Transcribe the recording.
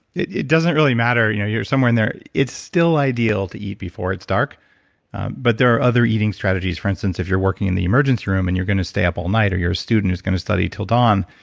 it it doesn't really matter. you know you're somewhere in there it's still ideal to eat before it's dark but there are other eating strategies. for instance, if you're working in the emergency room and you're going to stay up all night, or you're a student who's going to study till dawn,